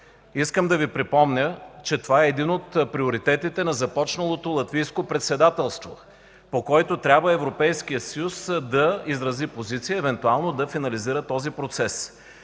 Искам да Ви припомня, че това е един от приоритетите на започналото латвийско председателство, по който Европейският съюз трябва да изрази позиция, евентуално да финализира този процес.